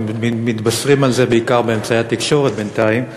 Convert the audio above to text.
אנחנו מתבשרים על זה בעיקר מאמצעי התקשורת בינתיים.